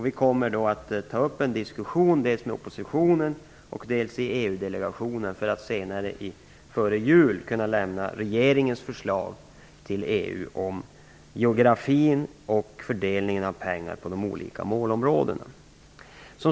Vi kommer att ta upp en diskussion dels med oppositionen, dels i EU delegationen för att före jul kunna lämna regeringens förslag till EU om geografin och fördelningen av pengar på de olika målområdena.